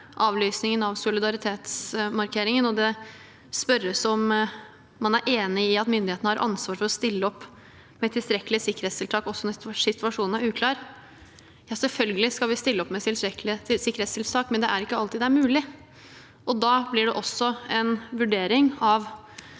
avlysningen av solidaritetsmarkeringen, og det spørres om man er enig i at myndighetene har ansvar for å stille opp med tilstrekkelige sikkerhetstiltak også når situasjonen er uklar. Selvfølgelig skal vi stille opp med tilstrekkelige sikkerhetstiltak, men det er ikke alltid det er mulig, og da blir det også en vurdering av